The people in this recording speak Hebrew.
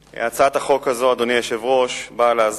הצעת חוק קריאה ראשונה של חבר הכנסת כרמל שאמה.